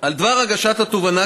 על דבר הגשת התובענה,